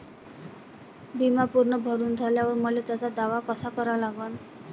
बिमा पुरा भरून झाल्यावर मले त्याचा दावा कसा करा लागन?